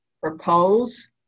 propose